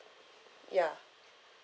ya